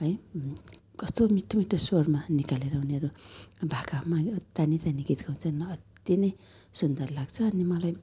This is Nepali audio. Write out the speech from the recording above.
है कस्तो मिठो मिठो स्वरमा निकालेर उनीहरू भाकामा तानी तानी गीत गाउँछन् अति नै सुन्दर लाग्छ अनि मलाई